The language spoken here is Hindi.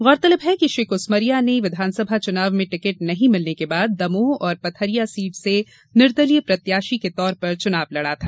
गौरतलब है कि श्री कुसमारिया ने विधानसभा चुनाव में टिकट नहीं मिलने के बाद दमोह और पथरिया सीट से निर्दलीय प्रत्याशी के तौर पर चुनाव लड़ा था